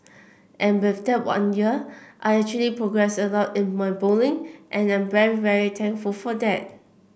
and with that one year I actually progressed a lot in my bowling and I'm very very thankful for that